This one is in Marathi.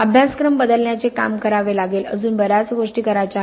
अभ्यासक्रम बदलण्याचे काम करावे लागेल अजून बऱ्याच गोष्टी करायच्या आहेत